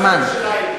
הסבל שלהם.